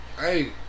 Hey